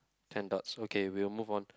ten dots okay we will move on